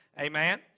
Amen